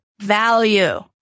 value